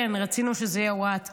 כן, רצינו שזה יהיה הוראת קבע,